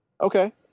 Okay